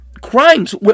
crimes